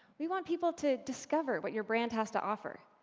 we want people to discover what your brand has to offer.